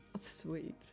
sweet